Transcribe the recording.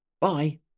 Bye